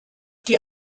die